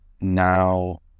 now